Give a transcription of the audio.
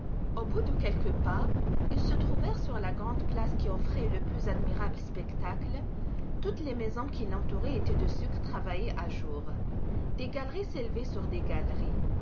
au bout de quelques pas ils se trouvèrent sur la grande place qui offrait le plus admirable spectacle toutes les maisons qui l'entouraient étaient de sucre travaillé à jour des galeries s'élevaient sur des galeries